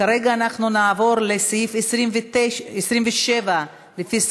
כרגע אנחנו נעבור לסעיף 27 לפי סדר-היום,